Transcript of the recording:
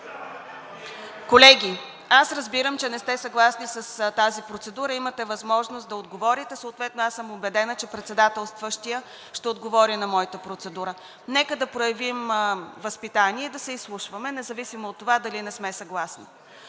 Колеги, разбирам, че не сте съгласни с тази процедура. Имате възможност да отговорите. Съответно аз съм убедена, че председателстващият ще отговори на моята процедура. Нека да проявим възпитание и да се изслушваме, независимо от това, дори и да не сме съгласни.